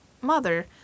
mother